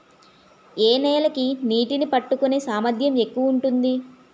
ఏ నేల కి నీటినీ పట్టుకునే సామర్థ్యం ఎక్కువ ఉంటుంది?